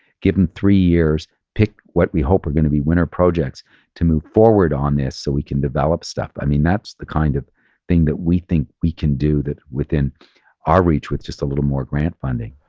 give them three years, pick what we hope are going to be winner projects to move forward on this so we can develop stuff. i mean that's the kind of thing that we think we can do within our reach with just a little more grant funding.